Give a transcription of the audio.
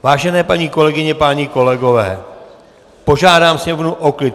Vážené paní kolegyně, páni kolegové, požádám sněmovnu o klid.